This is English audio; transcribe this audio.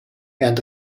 and